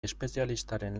espezialistaren